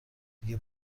دیگه